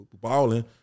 balling